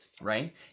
right